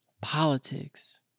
politics